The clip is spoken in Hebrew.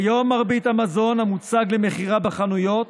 כיום מרבית המזון המוצג למכירה בחנויות